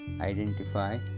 identify